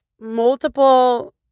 multiple